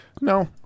No